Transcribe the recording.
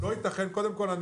קודם כל,